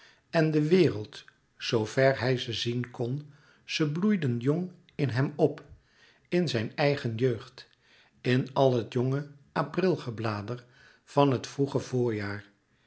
en de wereld zoo ver hij ze zien kon ze bloeiden jong in hem op in zijn eigen jeugd in al het jonge aprilgeblader van het vroege voorjaar